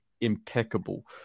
impeccable